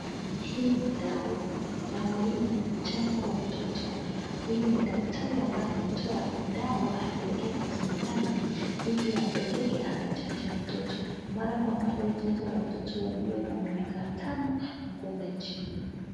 Hii ni dawa. Dawa hii ni ya kuchanja watoto. Huyu ni daktari anatoa dawa akielekea kwa sindano ili apeleke akachanje mtoto. Mara kwa mara huchanja watoto walio na miaka tano na kuendea chini.